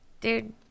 dude